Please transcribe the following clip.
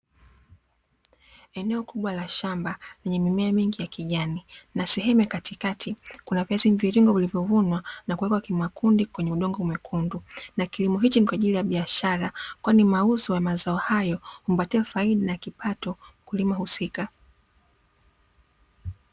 Eneo kubwa la shamba lenye mimea mingi ya kijani na sehemu ya katikati kuna viazi mviringo vilivyo vunwa na kuekwa kimakundi kwenye udongo mwekundu na kilimo hichi ni kwaajili ya biashara. kwani mauzo ya mazao hayo humpatia kipato mkulima husika.